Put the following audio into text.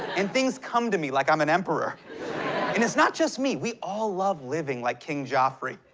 and things come to me, like i'm an emperor. and it's not just me. we all love living like king joffrey.